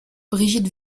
brigitte